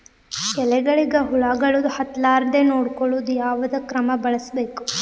ಎಲೆಗಳಿಗ ಹುಳಾಗಳು ಹತಲಾರದೆ ನೊಡಕೊಳುಕ ಯಾವದ ಕ್ರಮ ಬಳಸಬೇಕು?